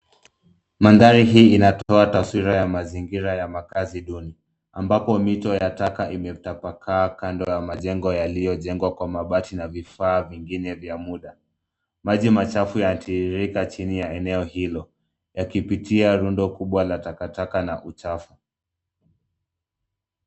Maandari hii unatoa taswira ya mazingira ya makazi duni, ambapo mito ya taka imetapakaa kando ya majengo yaliojengwa kwa mabati na vifaa vingine vya muda. Maji machafu yanatiririka jini ya eneo hilo yakipitia rundo kubwa la takataka na uchafu.